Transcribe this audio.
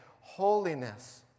holiness